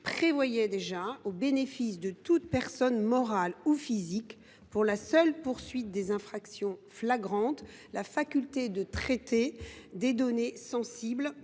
prévoyait déjà, au bénéfice de toute personne morale ou physique et pour les seules infractions flagrantes, la faculté de traiter des données sensibles